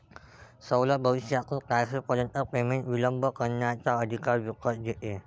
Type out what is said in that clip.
सवलत भविष्यातील तारखेपर्यंत पेमेंट विलंब करण्याचा अधिकार विकत घेते